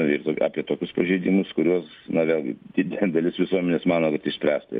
ir apie tokius pažeidimus kuriuos na vėlgi didelė dalis visuomenės mano kad išspręsta